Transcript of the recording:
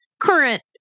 current